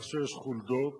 שיש חולדות